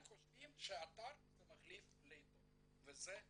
הם חושבים שהאתר מחליף את העיתון, וזה לא.